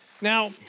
Now